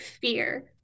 fear